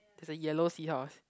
there's a yellow seahorse